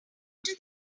after